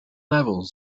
level